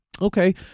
Okay